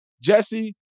Jesse